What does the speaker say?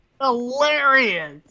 hilarious